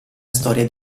storia